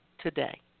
today